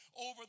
over